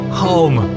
home